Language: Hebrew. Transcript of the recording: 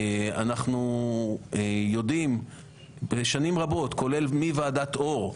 אנחנו יודעים שנים רבות, כולל מוועדת אור,